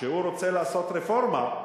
שהוא רוצה לעשות רפורמה,